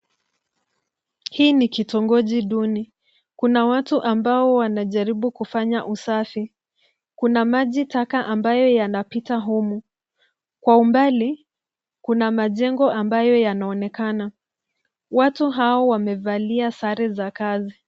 Hii ni kitongoji duni. Kuna watu ambao wanajaribu kufanya usafi. Kuna maji taka ambvayo yanapita humu. Kwa mbali kuna majengo ambayo yanaonekana. Watu hao wamevalia sare za kazi.